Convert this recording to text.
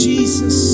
Jesus